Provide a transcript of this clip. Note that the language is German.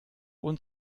und